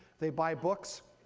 they buy books.